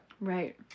Right